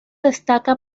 destaca